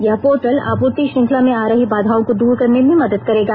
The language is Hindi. यह पोर्टल आपूर्ति श्रंखला में आ रही बाधाओं को दूर करने में मदद करेगा